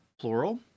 plural